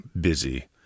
busy